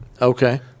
Okay